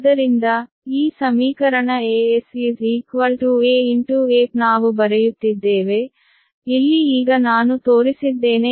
ಆದ್ದರಿಂದ ಈ ಸಮೀಕರಣ Es aEp ನಾವು ಬರೆಯುತ್ತಿದ್ದೇವೆ ಇಲ್ಲಿ ಈಗ ನಾನು ತೋರಿಸಿದ್ದೇನೆ Es aEp